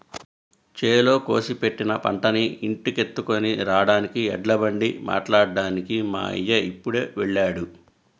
చేలో కోసి పెట్టిన పంటని ఇంటికెత్తుకొని రాడానికి ఎడ్లబండి మాట్లాడ్డానికి మా అయ్య ఇప్పుడే వెళ్ళాడు